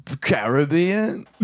Caribbean